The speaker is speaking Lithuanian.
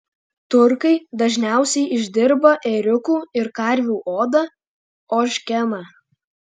turkai dažniausiai išdirba ėriukų ir karvių odą ožkeną